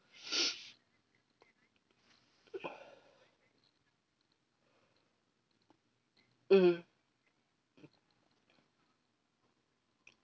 mm